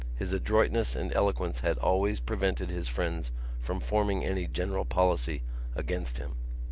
his adroitness and eloquence had always prevented his friends from forming any general policy against him.